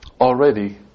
already